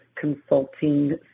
consulting